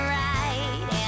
right